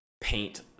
paint